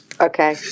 okay